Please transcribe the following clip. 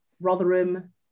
Rotherham